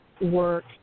work